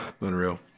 Unreal